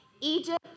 Egypt